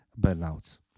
burnouts